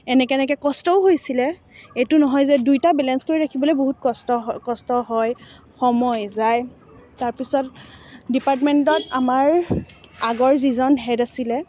এনেকৈ এনেকৈ কষ্টও হৈছিলে এইটো নহয় যে দুইটা বেলেঞ্চ কৰি ৰাখিবলৈ বহুত কষ্ট কষ্ট হয় সময় যায় তাৰ পিছত ডিপাৰ্টমেণ্টত আমাৰ আগৰ যিজন হেড আছিলে